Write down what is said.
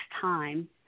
time